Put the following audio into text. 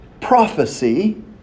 prophecy